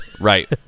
right